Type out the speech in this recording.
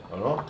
!hannor!